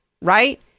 right